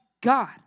God